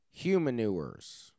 Humanures